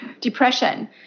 depression